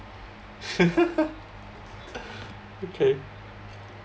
okay